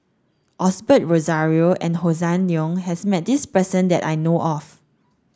Osbert Rozario and Hossan Leong has met this person that I know of